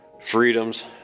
freedoms